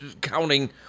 counting